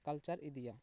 culture ᱤᱫᱤᱭᱟ